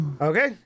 Okay